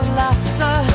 laughter